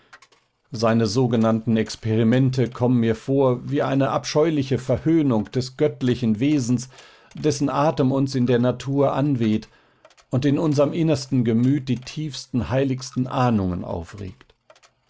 seine sogenannten experimente kommen mir vor wie eine abscheuliche verhöhnung des göttlichen wesens dessen atem uns in der natur anweht und in unserm innersten gemüt die tiefsten heiligsten ahnungen aufregt